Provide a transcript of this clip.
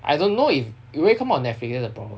I don't know if will it come out on netflix that's the problem